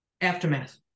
aftermath